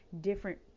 different